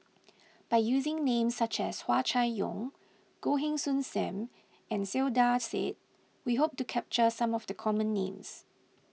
by using names such as Hua Chai Yong Goh Heng Soon Sam and Saiedah Said we hope to capture some of the common names